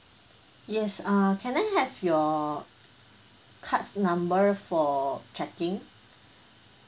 yes err can I have your card number for checking